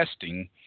testing